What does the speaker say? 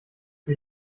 die